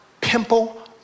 pimple